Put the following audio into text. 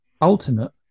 ultimate